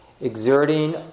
exerting